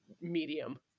medium